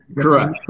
correct